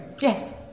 Yes